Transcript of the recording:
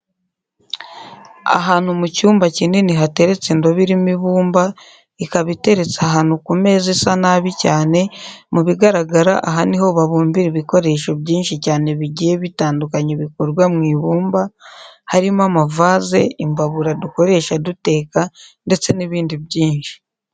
Ahantu mu cyumba kinini hateretse indobo irimo ibumba, ikaba iteretse ahantu ku meza Isa nabi cyane, mu bigaragara aha niho babumbira ibikoresho byinshi cyane bigiye bitandukanye bikorwa mu ibumba, harimo amavaze, imbabura dukoresha duteka ndetse n'ibindi byinshi.